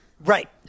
Right